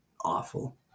awful